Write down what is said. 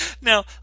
Now